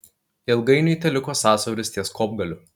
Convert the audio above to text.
ilgainiui teliko sąsiauris ties kopgaliu